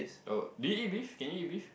oh do you eat beef can you eat beef